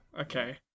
Okay